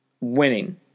winning